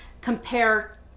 compare